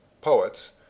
poets